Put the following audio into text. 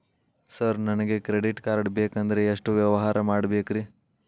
Sir ನನಗೆ credit card ಬೇಕಂದ್ರೆ ಎಷ್ಟು ವ್ಯವಹಾರ ಮಾಡಬೇಕ್ರಿ?